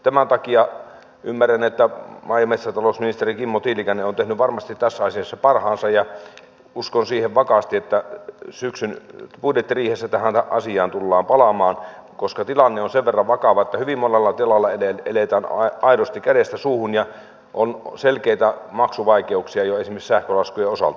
tämän takia ymmärrän että maa ja metsätalousministeri kimmo tiilikainen on tehnyt varmasti tässä asiassa parhaansa ja uskon vakaasti siihen että syksyn budjettiriihessä tähän asiaan tullaan palaamaan koska tilanne on sen verran vakava että hyvin monella tilalla eletään aidosti kädestä suuhun ja on selkeitä maksuvaikeuksia jo esimerkiksi sähkölaskujen osalta